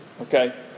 okay